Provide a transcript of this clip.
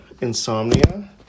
insomnia